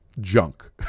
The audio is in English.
junk